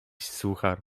suchar